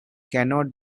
cannot